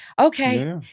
okay